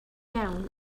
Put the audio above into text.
iawn